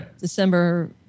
December